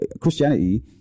Christianity